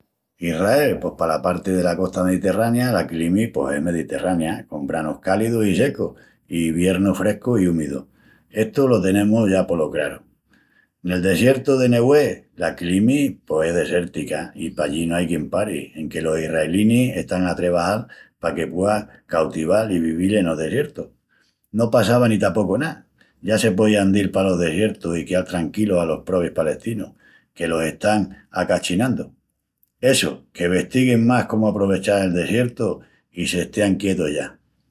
Israel... pos pala parti dela costa mediterrania, la climi pos es mediterrania, con branus cálidus i secus, i iviernus frescus i úmidus, estu lo tenemus ya polo craru. Nel desiertu del Néguev, la climi pos es desértica i pallí no ai quien pari enque los israelinis están a trebajal paque puea cautival i vivil enos desiertus. No passava ni tapocu ná, ya se poían dil palos desiertus i queal tranquilus alos probis palestinus, que los están acachinandu. Essu, que vestiguin más cómu aprovechal el desiertu i s'estean quietus ya.